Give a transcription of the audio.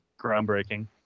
groundbreaking